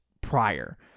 prior